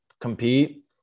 compete